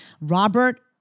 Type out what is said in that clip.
Robert